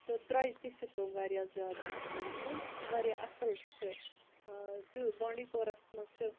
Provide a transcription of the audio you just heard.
تہٕ دروٚجہ تہٕ چھِ تم واریاہ زیادٕ آسان مَطلَب واریاہ اصل چھِ بانڈی پورَس مَنٛز چھِ